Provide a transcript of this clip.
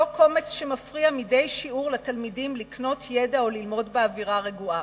אותו קומץ שמפריע מדי שיעור לתלמידים לקנות ידע או ללמוד באווירה רגועה.